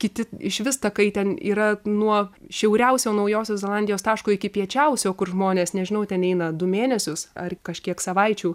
kiti išvis takai ten yra nuo šiauriausio naujosios zelandijos taško iki piečiausio kur žmonės nežinau ten eina du mėnesius ar kažkiek savaičių